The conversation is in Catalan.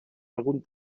algun